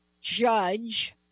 judge